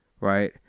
right